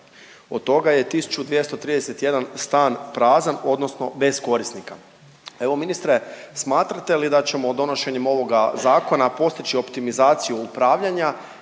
Od toga je 1.231 stan prazan odnosno bez korisnika. Evo ministre smatrate li da ćemo donošenjem ovoga zakona postići optimizaciju upravljanja